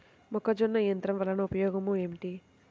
మొక్కజొన్న యంత్రం వలన ఉపయోగము ఏంటి?